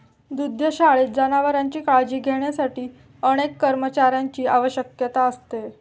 दुग्धशाळेत जनावरांची काळजी घेण्यासाठी अनेक कर्मचाऱ्यांची आवश्यकता असते